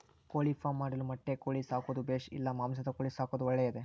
ಕೋಳಿಫಾರ್ಮ್ ಮಾಡಲು ಮೊಟ್ಟೆ ಕೋಳಿ ಸಾಕೋದು ಬೇಷಾ ಇಲ್ಲ ಮಾಂಸದ ಕೋಳಿ ಸಾಕೋದು ಒಳ್ಳೆಯದೇ?